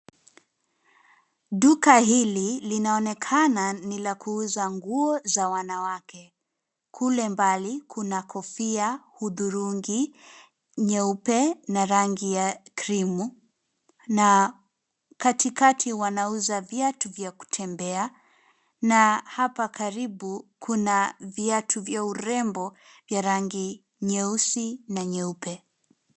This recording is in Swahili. Duka hili linaonekana ni la kuuza nguo za wanawake. Kule mbali kuna kofia hudhurungi, nyeupe na rangi ya krimu na katikati wanauza viatu vya kutembea na hapa karibu kuna viatu vya urembo ya rangi nyeusi na nyeupe.